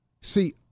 See